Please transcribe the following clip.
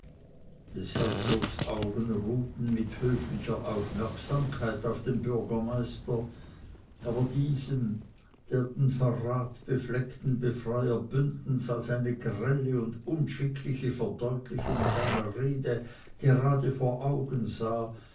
des herzogs augen ruhten mit höflicher aufmerksamkeit auf dem bürgermeister aber diesem der den verratbefleckten befreier bündens als eine grelle und unschickliche verdeutlichung seiner rede gerade vor augen sah